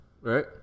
Right